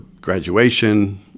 graduation